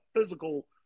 physical